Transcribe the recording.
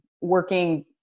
working